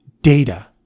data